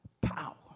power